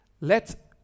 let